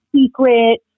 secret